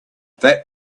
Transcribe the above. that